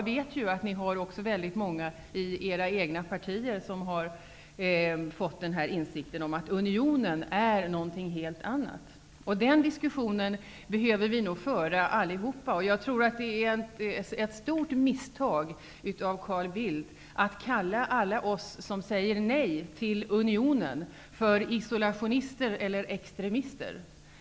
Det finns också många i era egna partier som fått denna insikt att unionen är något helt annat. Denna diskussion behöver vi nog föra allihop. Jag tror att det är ett stort misstag av Carl Bildt att kalla alla oss som säger nej till unionen isolationister eller extremister.